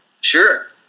Sure